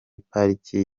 pariki